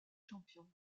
champion